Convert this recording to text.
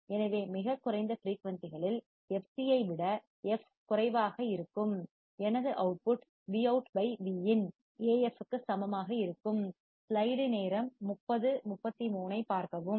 எனவே மிகக் குறைந்த ஃபிரீயூன்சிகளில் fc ஐ விட f குறைவாக இருக்கும் எனது அவுட்புட் Vout by Vin AFக்கு சமமாக இருக்கும்